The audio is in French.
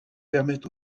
permettent